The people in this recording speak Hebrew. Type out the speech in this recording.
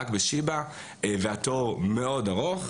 רק בשיבא והתור מאוד ארוך.